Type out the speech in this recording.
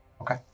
Okay